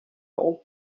old